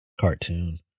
cartoon